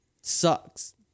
Sucks